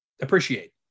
appreciate